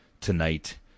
tonight